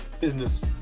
business